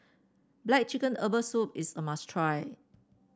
black chicken Herbal Soup is a must try